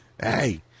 Hey